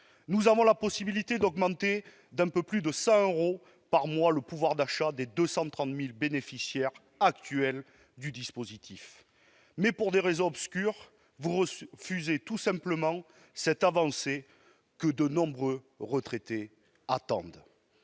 Nous avons la possibilité d'augmenter d'un peu plus de 100 euros par mois le pouvoir d'achat des 230 000 bénéficiaires actuels du dispositif. Mais pour des raisons obscures, vous refusez tout simplement cette avancée que de nombreux retraités attendent.